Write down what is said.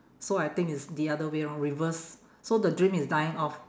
so I think it's the other way round lor reverse so the dream is dying off